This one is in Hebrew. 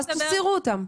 אז תסירו אותם.